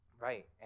right